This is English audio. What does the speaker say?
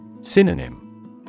Synonym